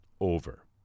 Over